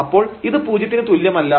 അപ്പോൾ ഇത് പൂജ്യത്തിനു തുല്യമല്ല